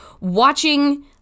watching